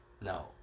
No